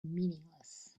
meaningless